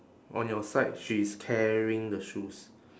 on your side she is carrying the shoes